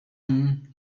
him